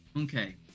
Okay